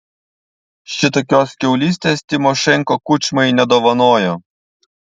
šitokios kiaulystės tymošenko kučmai nedovanojo